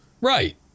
Right